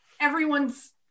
everyone's